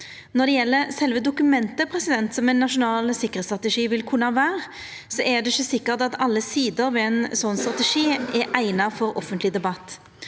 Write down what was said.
Når det gjeld sjølve dokumentet, som ein nasjonal sikkerheitsstrategi vil kunna vera, er det ikkje sikkert at alle sider ved ein sånn strategi er eigna for offentleg debatt.